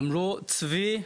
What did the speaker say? אמרו "צבי,